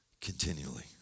continually